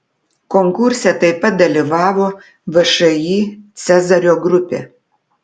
konkurse taip pat dalyvavo všį cezario grupė